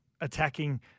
attacking